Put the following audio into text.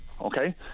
okay